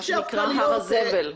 מה שנקרא הר הזבל.